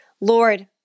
Lord